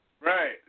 Right